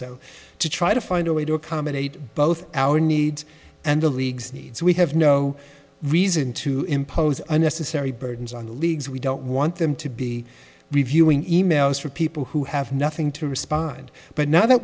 so to try to find a way to accommodate both our needs and the league's needs we have no reason to impose unnecessary burdens on the leagues we don't want them to be reviewing e mails for people who have nothing to respond but now that